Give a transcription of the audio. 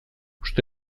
uste